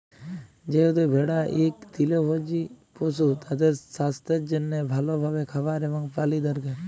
যেহেতু ভেড়া ইক তৃলভজী পশু, তাদের সাস্থের জনহে ভাল ভাবে খাবার এবং পালি দরকার